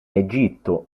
egitto